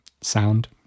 sound